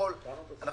אני